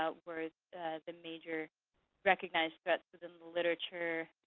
ah was the major recognized threat within the literature,